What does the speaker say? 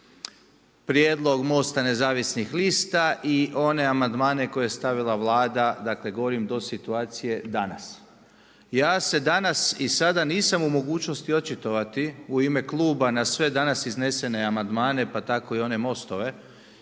prijedlog MOST-a nezavisnih lista i one amandmane koje je stavila Vlada, dakle govorim, do situacije danas. Ja se danas i sada nisam u mogućnosti očitovati u ime kluba na sve danas iznesene amandmane pa tako i one MOST-ove